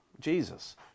Jesus